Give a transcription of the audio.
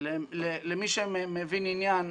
מי שמבין עניין,